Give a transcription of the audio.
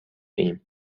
ایم